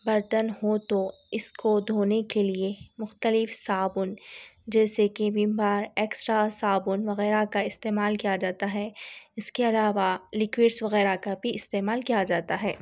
برتن ہو تو اس کو دھونے کے لیے مختلف صابن جیسے کی ومبار ایکسٹرا صابن وغیرہ کا استعمال کیا جاتا ہے اس کے علاوہ لکوڈس وغیرہ کا بھی استعمال کیا جاتا ہے